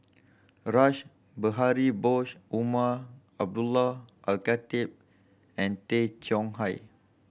Rash Behari Bose Umar Abdullah Al Khatib and Tay Chong Hai